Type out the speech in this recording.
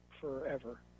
forever